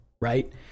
right